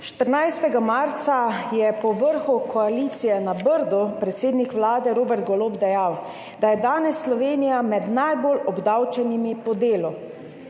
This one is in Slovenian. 14. marca je po vrhu koalicije na Brdu predsednik Vlade Robert Golob dejal, da je danes Slovenija med najbolj obdavčenimi po delu.